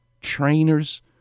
trainers